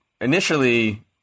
initially